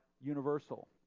universal